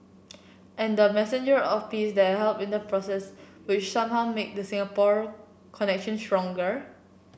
and the messenger of peace that helped in the process which somehow make the Singapore connection stronger